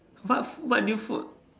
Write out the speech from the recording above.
what f~ what new food